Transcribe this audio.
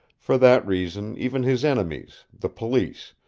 for that reason even his enemies, the police,